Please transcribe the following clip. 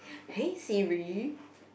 hey Siri